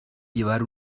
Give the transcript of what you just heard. llevar